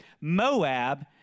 Moab